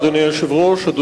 אדוני היושב-ראש, תודה רבה.